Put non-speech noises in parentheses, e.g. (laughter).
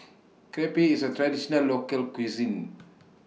(noise) Crepe IS A Traditional Local Cuisine (noise)